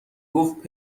گفت